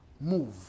move